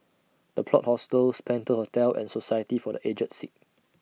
The Plot Hostels Penta Hotel and Society For The Aged Sick